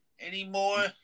anymore